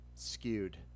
Skewed